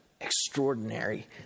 extraordinary